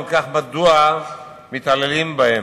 אם כך, מדוע מתעללים בהם?